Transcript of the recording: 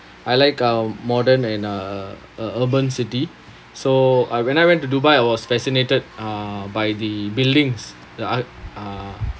I like uh modern and uh a urban city so when I went to dubai I was fascinated by the buildings the art uh